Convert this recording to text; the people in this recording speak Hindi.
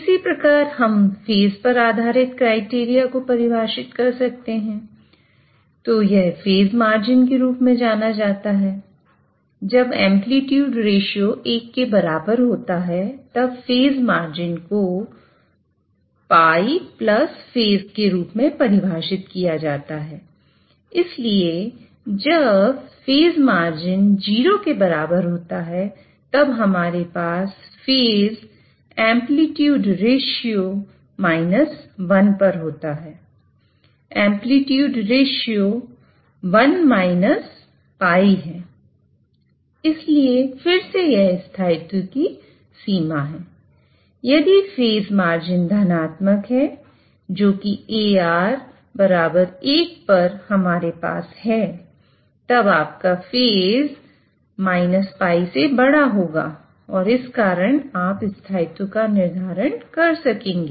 इसी प्रकार हम फेज -л होगा और इस कारण आप स्थायित्व का निर्धारण कर सकेंगे